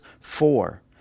four